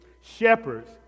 shepherds